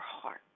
heart